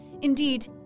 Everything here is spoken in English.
Indeed